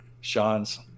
Sean's